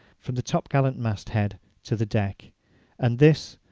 from the topgallant-mast head to the deck and this,